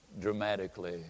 dramatically